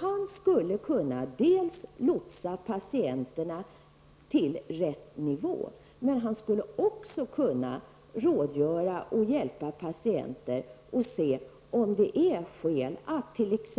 Han skulle dels kunna lotsa patienterna till rätt nivå, dels rådgöra med och hjälpa patienter och se om det finns skäl att t.ex.